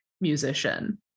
musician